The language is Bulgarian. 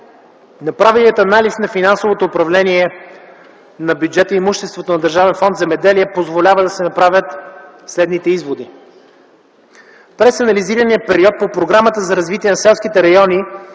направеният анализ на финансовото управление на бюджета и имуществото на Държавен фонд „Земеделие” позволява да се направят следните изводи: През анализирания период по Програмата за развитие на селските райони